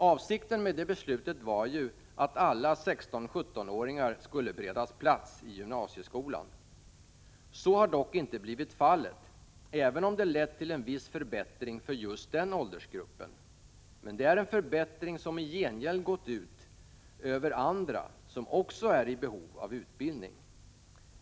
Avsikten med det beslutet var ju att alla 16-17-åringar skulle beredas plats i gymnasieskolan. Så har dock inte blivit fallet, även om det lett till en viss förbättring för just den åldersgruppen. Men det är en förbättring som i gengäld har gått ut över andra som också är i behov av utbildning.